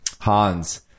Hans